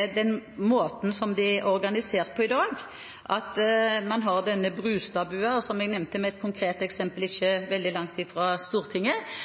er den måten som det er organisert på i dag, at man har denne Brustad-bua – jeg nevnte et konkret eksempel ikke veldig langt fra Stortinget